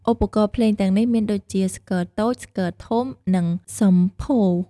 ឧបករណ៍ភ្លេងទាំងនេះមានដូចជា ស្គរតូច ស្គរធំ និងសំភោរ។